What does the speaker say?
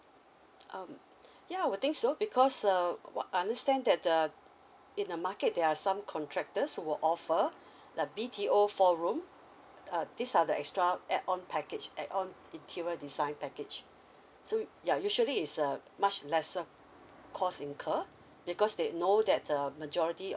um ya I would think so because uh I understand that uh in the market there are some contractors were offer a B_T_O four room uh these are the extra add on package add on interior design package so ya usually is uh much lesser cost incur because they know that uh majority